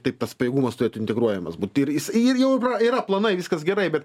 taip tas pajėgumas turėtų integruojamas būti ir jis ir jau yra planai viskas gerai bet